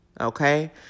okay